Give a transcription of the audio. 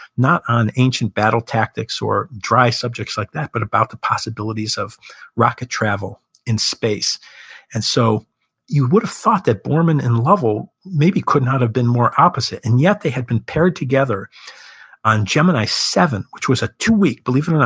not on ancient battle tactics or dry subjects like that, but about the possibilities of rocket travel in space and so you would've thought that borman and lovell maybe could not have been more opposite. and yet they had been paired together on gemini seven, which was a two-week, believe it or not,